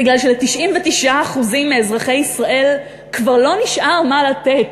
של-99% מאזרחי ישראל כבר לא נשאר מה לתת,